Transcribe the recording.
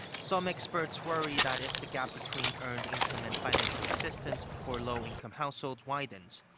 some experts worry that if the gap between earned income and financial assistance for low-income households widens,